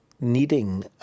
needing